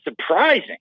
surprising